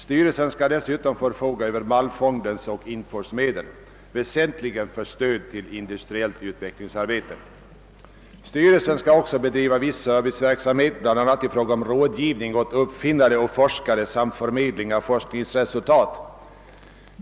Styrelsen skall dessutom förfoga över Malmfondens och INFOR:s medel, väsentligen för stöd till industriellt utvecklingsarbete. Styrelsen skall också bedriva viss serviceverksamhet bl.a. i fråga om rådgivning åt uppfinnare och forskare samt förmedling av forskningsresultat.